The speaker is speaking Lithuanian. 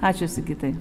ačiū sigitai